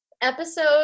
episode